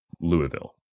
louisville